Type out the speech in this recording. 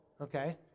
okay